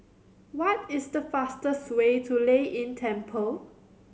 what is the fastest way to Lei Yin Temple